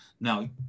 now